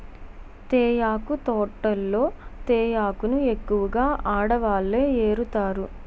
తేయాకు తోటల్లో తేయాకును ఎక్కువగా ఆడవాళ్ళే ఏరుతారు